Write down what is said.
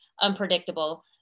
unpredictable